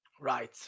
Right